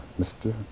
Mr